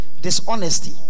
dishonesty